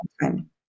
time